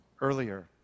earlier